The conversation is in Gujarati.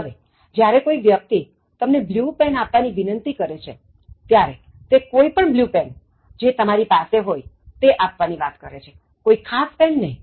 હવેજ્યારે કોઇ વ્યક્તિ તમને બ્લ્યુ પેન આપવાની વિનંતિ કરે છેત્યારે તે કોઇ પણ બ્લ્યુ પેન જે તમારી પાસે હોય તે આપવાની વાત કરે છેકોઇ ખાસ પેન ની નહીં